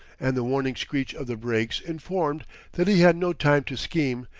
and the warning screech of the brakes informed that he had no time to scheme,